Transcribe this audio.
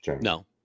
No